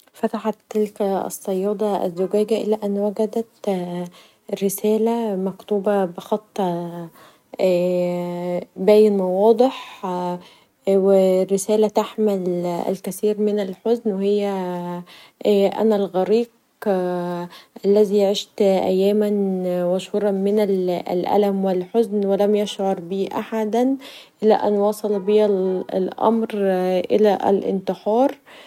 فتحت تلك الصياده الزجازجه الي ان وجدت فيها رساله مكتوبه بخط باين و واضح رساله تحمل الكثير من الحزن و هي أنا الغريق الذي عيشت ايامًا و شهورا من الألم و الحزن و لم يشعر بيا احدا الي ان وصل بيا الأمر الي الانتحار.